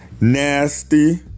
Nasty